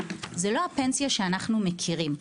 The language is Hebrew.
זו לא הפנסיה שאנחנו מכירים.